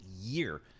year